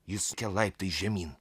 jis laiptais žemyn